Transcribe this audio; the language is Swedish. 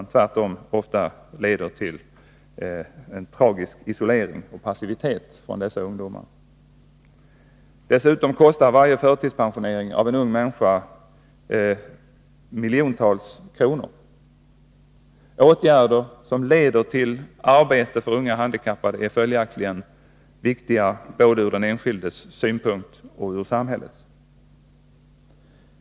Tvärtom leder det till en tragisk isolering och passivitet för dessa ungdomar. Dessutom kostar varje förtidspensionering av en ung människa miljontals kronor. Åtgärder som leder till arbete för unga handikappade är följaktligen viktiga både från den enskildes synpunkt och från samhällets.